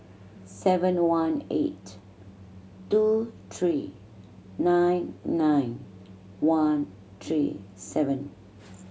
seven one eight two three nine nine one three seven